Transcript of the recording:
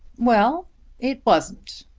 well it wasn't.